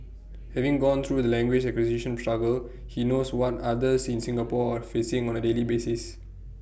having gone through the language acquisition struggle he knows what others in Singapore facing on A daily basis